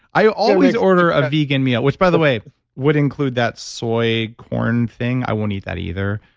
i always order a vegan meal, which by the way would include that soy corn thing. i won't eat that either,